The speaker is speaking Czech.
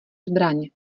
zbraň